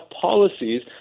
policies